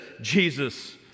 Jesus